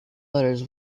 letters